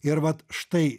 ir vat štai